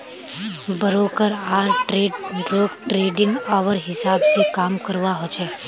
broker आर ट्रेडररोक trading hour हिसाब से काम करवा होचे